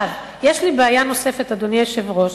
יש לי בעיה נוספת, אדוני היושב-ראש,